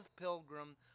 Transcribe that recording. Pilgrim